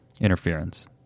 interference